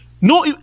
no